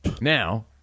Now